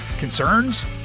concerns